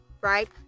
right